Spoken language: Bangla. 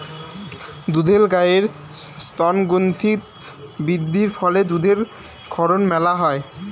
দুধেল গাইের স্তনগ্রন্থিত বৃদ্ধির ফলে দুধের ক্ষরণ মেলা হই